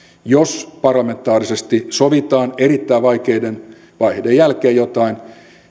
jos parlamentaarisesti sovitaan erittäin vaikeiden vaiheiden jälkeen jotain